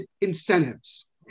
incentives